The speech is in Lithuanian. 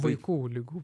vaikų ligų